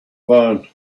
van